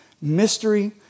mystery